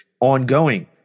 ongoing